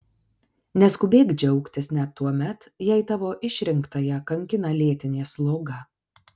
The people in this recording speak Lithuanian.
neskubėk džiaugtis net tuomet jei tavo išrinktąją kankina lėtinė sloga